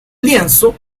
lienzo